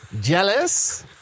jealous